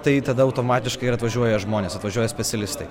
tai tada automatiškai ir atvažiuoja žmonės atvažiuoja specialistai